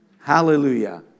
Hallelujah